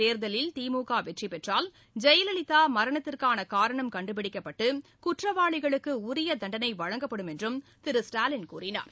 தேர்தலில் திமுக வெற்றி பெற்றால் ஜெயலலிதா மரணத்திற்கான காரணம் கண்டுபிடிக்கப்பட்டு குற்றவாளிகளுக்கு உரிய தண்டனை வழங்கப்படும் என்றும் திரு ஸ்டாலின் கூறினார்